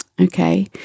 Okay